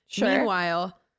Meanwhile